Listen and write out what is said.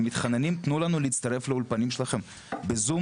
הם מתחננים תנו לנו להצטרף לאולפנים שלכם בזום